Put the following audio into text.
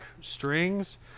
strings